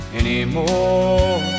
anymore